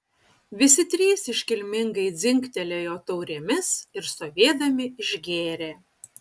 visi trys iškilmingai dzingtelėjo taurėmis ir stovėdami išgėrė